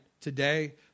today